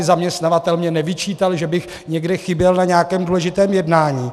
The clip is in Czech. Zaměstnavatel mi nevyčítal, že bych někde chyběl na nějakém důležitém jednání.